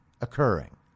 occurring